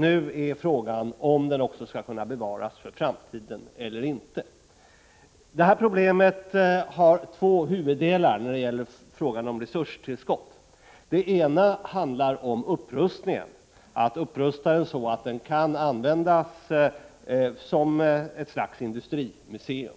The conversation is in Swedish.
Nu är frågan om den skall kunna bevaras också för framtiden eller inte. Det här problemet har två huvuddelar när det gäller frågan om resurstillskott. Den ena handlar om att upprusta fabriken så att den kan användas som ett slags industrimuseum.